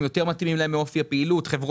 הצעות.